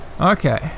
Okay